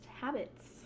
habits